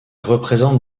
représentent